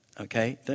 Okay